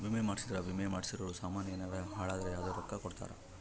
ವಿಮೆ ಮಾಡ್ಸಿದ್ರ ವಿಮೆ ಮಾಡ್ಸಿರೋ ಸಾಮನ್ ಯೆನರ ಹಾಳಾದ್ರೆ ಅದುರ್ ರೊಕ್ಕ ಕೊಡ್ತಾರ